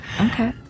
Okay